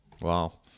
Wow